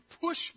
push